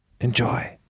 enjoy